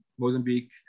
Mozambique